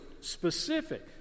specific